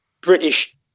British